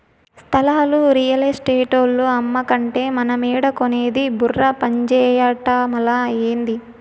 స్థలాలు రియల్ ఎస్టేటోల్లు అమ్మకంటే మనమేడ కొనేది బుర్ర పంజేయటమలా, ఏంది